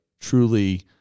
truly